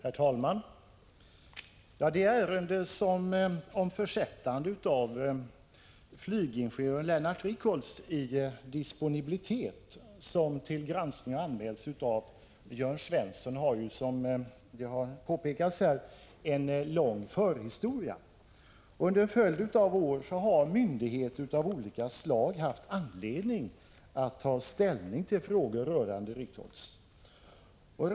Herr talman! Det ärende om försättande av flygingenjör Lennart Richholtzi disponibilitet som till granskning anmälts av Jörn Svensson har ju, som har påpekats här, en lång förhistoria. Under en följd av år har myndigheter av olika slag haft anledning att ta ställning till frågor rörande Richholtz.